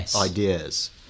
ideas